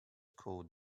called